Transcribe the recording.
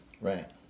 Right